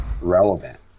relevant